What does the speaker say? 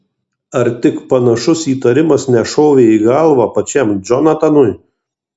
ar tik panašus įtarimas nešovė į galvą pačiam džonatanui